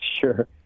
Sure